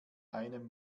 einem